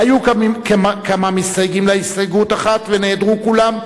היו כמה מסתייגים להסתייגות אחת ונעדרו כולם,